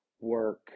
work